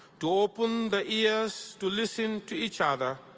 to open the ears, to listen to each other,